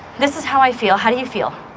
this is how i feel. how do you feel?